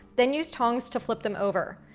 then use tongs to flip them over.